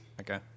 Okay